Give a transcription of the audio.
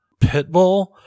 Pitbull